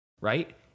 right